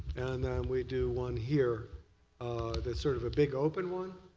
and we do one here that's sort of a big open one,